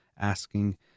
Asking